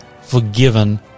forgiven